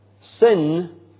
Sin